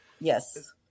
Yes